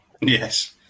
Yes